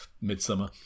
Midsummer